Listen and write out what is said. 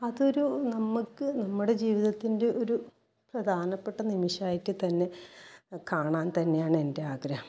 അതൊരു നമുക്ക് നമ്മുടെ ജീവിതത്തിൻ്റെ ഒരു പ്രധാനപ്പെട്ട നിമിഷമായിട്ട് തന്നെ കാണാൻ തന്നെയാണ് എൻ്റെ ആഗ്രഹം